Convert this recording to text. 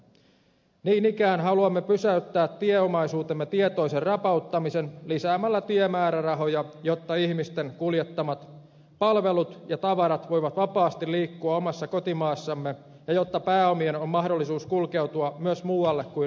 niin ikään haluamme pysäyttää tieomaisuutemme tietoisen rapauttamisen lisäämällä tiemäärärahoja jotta ihmisten kuljettamat palvelut ja tavarat voivat vapaasti liikkua omassa kotimaassamme ja jotta pääomien on mahdollisuus kulkeutua myös muualle kuin ruuhka suomeen